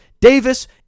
Davis